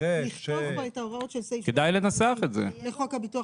לכתוב את ההוראות של סעיף 82 לחוק הביטוח